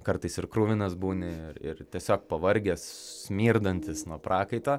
kartais ir kruvinas būni ir tiesiog pavargęs smirdantis nuo prakaito